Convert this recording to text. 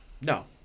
No